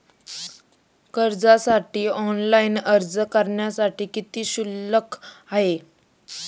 कर्जासाठी ऑनलाइन अर्ज करण्यासाठी किती शुल्क आहे?